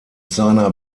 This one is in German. seiner